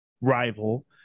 rival